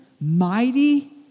Mighty